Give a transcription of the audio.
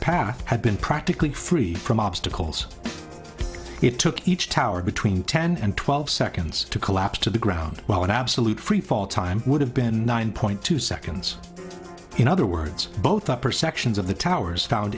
path had been practically free from obstacles it took each tower between ten and twelve seconds to collapse to the ground while in absolute freefall time would have been nine point two seconds in other words both upper sections of the towers found